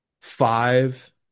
five